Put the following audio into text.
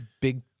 big